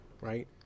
right